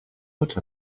what